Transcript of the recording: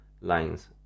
lines